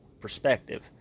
perspective